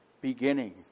beginning